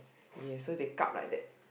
ya so they kap like that